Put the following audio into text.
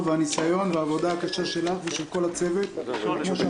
ועל הניסיון ועל העבודה הקשה שלך ושל כל הצוות הטכני.